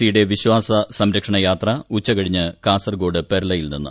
സിയുടെ വിശ്വാസ സംരക്ഷണ യാത്ര ഉച്ചകഴിഞ്ഞ് കാർസർഗോഡ് പെർളയിൽ നിന്ന്